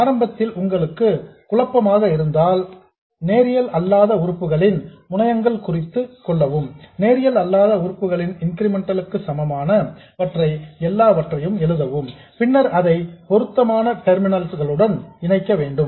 ஆரம்பத்தில் உங்களுக்கு குழப்பமாக இருந்தால் நேரியல் அல்லாத உறுப்புகளின் முனையங்கள் குறித்துக் கொள்ளவும் நேரியல் அல்லாத உறுப்புகளின் இன்கிரிமெண்டல் க்கு சமமான வற்றை எழுதவும் பின்னர் அதை பொருத்தமான டெர்மினல்ஸ் களுடன் இணைக்கவும்